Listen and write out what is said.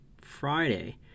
Friday